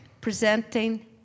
presenting